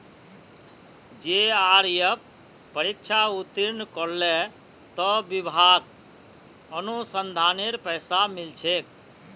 JRF परीक्षा उत्तीर्ण करले त विभाक अनुसंधानेर पैसा मिल छेक